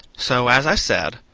so, as i said,